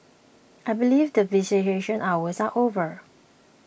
I believe that visitation hours are over